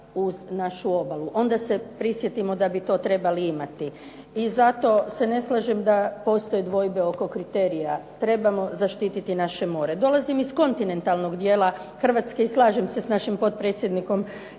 uz našu obalu, onda se prisjetimo da bi to trebali imati i zato se ne slažem da postoje dvojbe oko kriterija. Trebamo zaštititi naše more. Dolazim iz kontinentalnog dijela Hrvatske i slažem se s našim potpredsjednikom